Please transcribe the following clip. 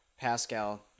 Pascal